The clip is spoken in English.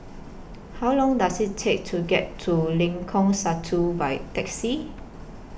How Long Does IT Take to get to Lengkong Satu By Taxi